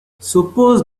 suppose